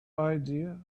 idea